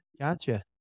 Gotcha